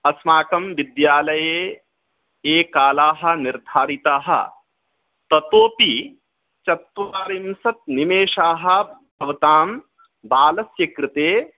अस्माकं विद्यालये ये कालाः निर्धारिताः ततोऽपि चत्वारिंशत् निमेषाः भवतां बालस्य कृते